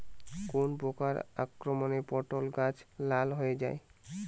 কোন প্রকার আক্রমণে পটল গাছ লাল হয়ে যায়?